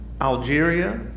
Algeria